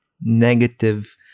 negative